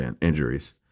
injuries